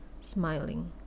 smiling